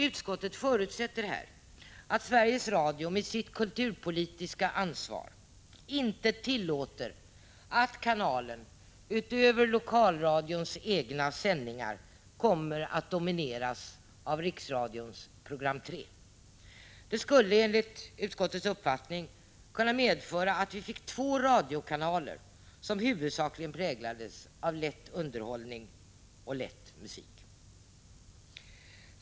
Utskottet förutsätter här att Sveiges Radio med sitt kulturpolitiska ansvar inte tillåter att kanalen utöver lokalradions egna sändningar kommer att domineras av Riksradions program 3. Det skulle enligt utskottets uppfattning kunna medföra att vi fick två radiokanaler, som huvudsakligen präglades av lätt underhållning och lätt musik.